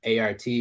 ART